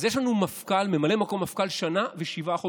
אז יש לנו ממלא מקום מפכ"ל שנה ושבעה חודשים.